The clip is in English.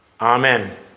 Amen